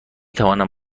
توانم